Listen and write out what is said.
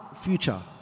future